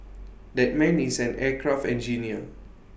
that man is an aircraft engineer